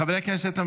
חברי הכנסת,